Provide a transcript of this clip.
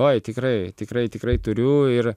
oi tikrai tikrai tikrai turiu ir